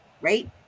right